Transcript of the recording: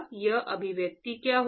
यह अभिव्यक्ति क्या होगी